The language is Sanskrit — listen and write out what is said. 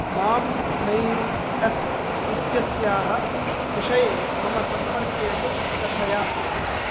मां मेरी एस् इत्यस्याः विषये मम सम्पर्केषु कथय